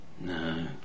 No